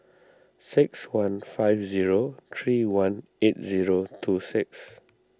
six one five zero three one eight zero two six